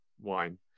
wine